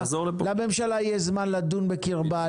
לממשלה יש זמן לדון בקרבה,